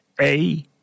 A-